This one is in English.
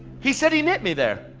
he said he knit me there.